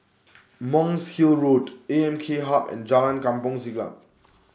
Monk's Hill Road A M K Hub and Jalan Kampong Siglap